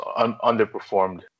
underperformed